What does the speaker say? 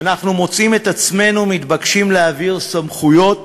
אנחנו מוצאים את עצמנו מתבקשים להעביר סמכויות